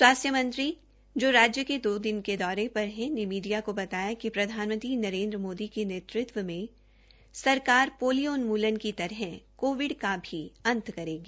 स्वास्थ्य मंत्री जो राज्य के दो दिन के दौरेक पर है ने मीडिया को बताया कि प्रधानमंत्री नरेन्द्र मोदी के नेतृत्व् सरकार पोलियो उन्मूलन की तरह कोविड का भी अंत करेगी